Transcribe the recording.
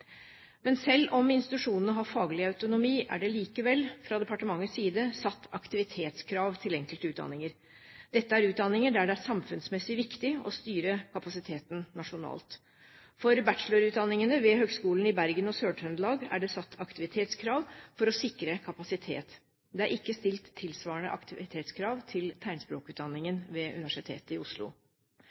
Selv om institusjonene har faglig autonomi, er det likevel fra departementets side satt aktivitetskrav til enkelte utdanninger. Dette er utdanninger der det er samfunnsmessig viktig å styre kapasiteten nasjonalt. For bachelorutdanningene ved høgskolene i Bergen og Sør-Trøndelag er det satt aktivitetskrav for å sikre kapasitet. Det er ikke stilt tilsvarende aktivitetskrav til tegnspråkutdanningen ved Universitetet i Oslo.